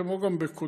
כמו גם בקודמים,